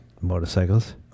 motorcycles